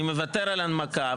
אני מוותר על הנמקה,